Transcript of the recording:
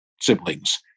siblings